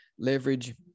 Leverage